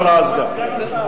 היא לא אמרה: הסגן.